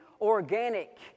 organic